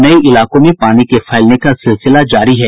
नये इलाकों में पानी के फैलने का सिलसिला जारी है